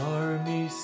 army